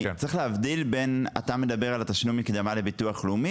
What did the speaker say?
אתה מדבר על תשלום המקדמה לביטוח הלאומי